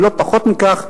ולא פחות מכך,